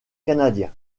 canadiens